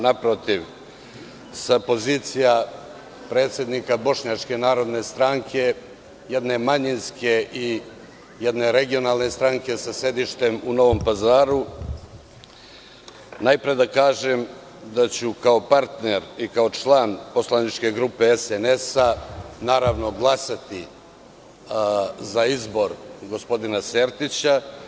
Naprotiv, sa pozicija predsednika Bošnjačke narodne stranke, jedne manjinske i jedne regionalne stranke sa sedištem u Novom Pazaru, najpre da kažem da ću kao partner i kao član poslaničke grupe SNS, naravno, glasati za izbor gospodina Sertića.